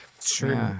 true